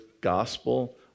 gospel